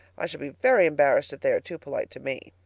i shall be very embarrassed if they are too polite to me.